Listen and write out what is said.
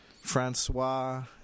Francois